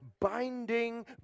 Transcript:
binding